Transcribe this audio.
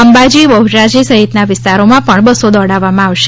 અંબાજી બહુચરાજી સહિતના વિસ્તારોમાં પણ બસો દોડાવવામાં આવશે